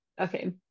okay